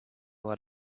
what